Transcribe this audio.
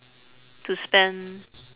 to spend